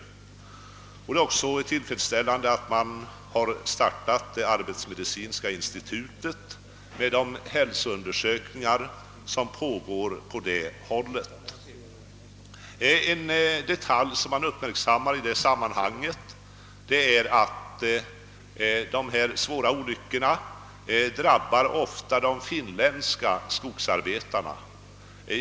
Glädjande är också att man startat det arbetsmedicinska institutet och de hälsoundersökningar som där pågår. En detalj som man uppmärksammar i detta sammanhang är att de svåra olyckorna ofta drabbar de finländska skogsarbetarna.